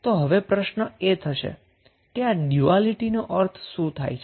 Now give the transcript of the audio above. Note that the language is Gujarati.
તો હવે પ્રશ્ન એ થશે કે આ ડયુઆલીટી નો અર્થ શું થાય છે